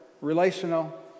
relational